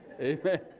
Amen